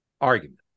argument